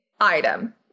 Item